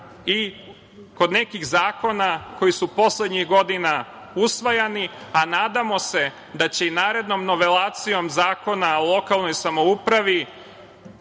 i kod nekih zakona koji su poslednjih godina usvajani, a nadamo se da će i narednom novelacijom Zakona o lokalnoj samoupravi